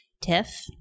Tiff